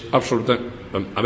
absolutamente